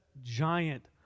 giant